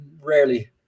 rarely